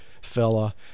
fella